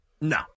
No